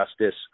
justice